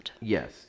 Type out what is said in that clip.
Yes